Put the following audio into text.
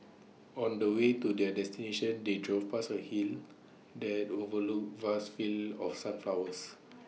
on the way to their destination they drove past A hill that overlooked vast fields of sunflowers